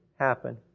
happen